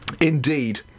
Indeed